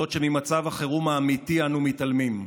בעוד ממצב החירום האמיתי אנו מתעלמים.